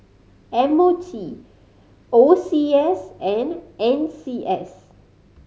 M O T O C S and N C S